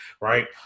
right